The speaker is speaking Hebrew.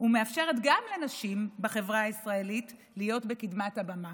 ומאפשרת גם לנשים בחברה הישראלית להיות בקדמת הבמה.